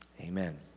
Amen